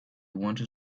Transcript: wanted